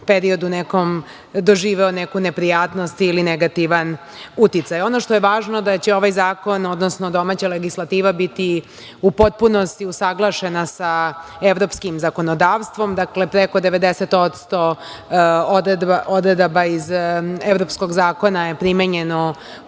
periodu doživeo neku neprijatnost ili negativan uticaj. Ono što je važno je da će ovaj zakon, odnosno domaća legislativa biti u potpunosti usaglašena sa evropskim zakonodavstvom. Dakle, preko 90% odredbi iz evropskog zakona je primenjeno u